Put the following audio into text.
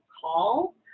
call